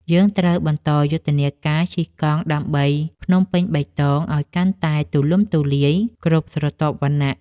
យើងត្រូវបន្តយុទ្ធនាការ ជិះកង់ដើម្បីភ្នំពេញបៃតង ឱ្យកាន់តែទូលំទូលាយគ្រប់ស្រទាប់វណ្ណៈ។